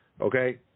okay